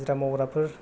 मुजिरा मावग्राफोर